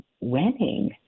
winning